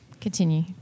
Continue